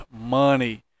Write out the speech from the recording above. money